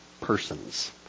persons